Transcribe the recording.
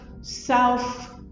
self